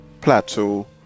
plateau